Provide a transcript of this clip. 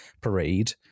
parade